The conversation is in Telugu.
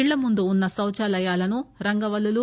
ఇళ్ల ముందు ఉన్స శౌచాలయాలను రంగవల్లులు